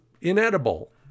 inedible